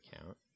account